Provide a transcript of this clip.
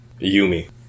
Yumi